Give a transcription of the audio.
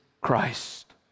Christ